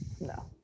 no